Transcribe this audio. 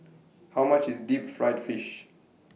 How much IS Deep Fried Fish